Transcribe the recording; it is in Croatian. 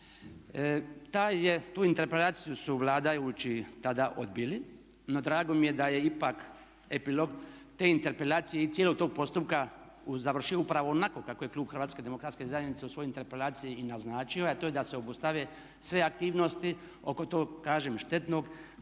Tu interpelaciju su vladajući tada odbili, no drago mi je da je ipak epilog te interpelacije i cijelog tog postupka završio upravo onako kako je klub HDZ-a u svojoj interpelaciji i naznačio a to je da se obustave sve aktivnosti oko tog kažem štetnog,